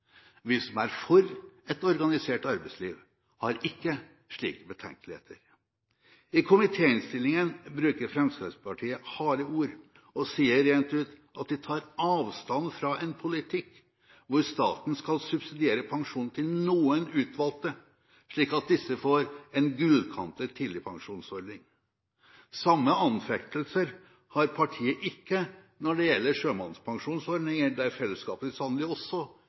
Vi som er for et organisert arbeidsliv, har ikke slike betenkeligheter. I komitéinnstillingen bruker Fremskrittspartiet harde ord og sier rent ut at de tar avstand fra en politikk hvor staten skal subsidiere pensjon til noen utvalgte, slik at disse får en «gullkantet» tidligpensjonsordning. Samme anfektelser har partiet ikke når det gjelder sjømannspensjonsordningen, der fellesskapet sannelig også